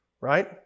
right